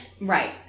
Right